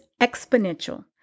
exponential